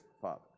father